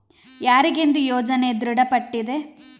ಯಾರಿಗೆಂದು ಯೋಜನೆ ದೃಢಪಟ್ಟಿದೆ?